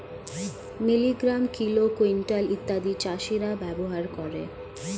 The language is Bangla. মিলিগ্রাম, কিলো, কুইন্টাল ইত্যাদি চাষীরা ব্যবহার করে